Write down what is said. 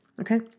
okay